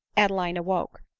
adeline awoke,